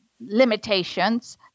limitations